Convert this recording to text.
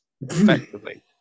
effectively